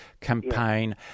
campaign